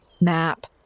map